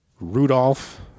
Rudolph